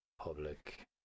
Public